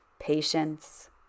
Patience